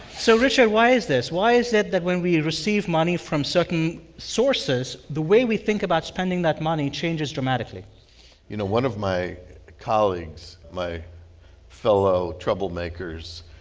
so richard, why is this? why is it that when we receive money from certain sources, the way we think about spending that money changes dramatically you know, one of my colleagues my fellow troublemakers,